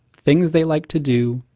things they like to do,